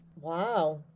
Wow